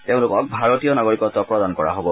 তেওঁলোকক ভাৰতীয় নাগৰিকত্ব প্ৰদান কৰা হব